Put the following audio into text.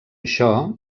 això